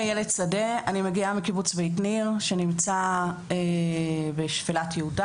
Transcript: מגיעה מקיבוץ בית ניר שנמצא בשפלת יהודה,